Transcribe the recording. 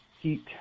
Heat